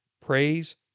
praise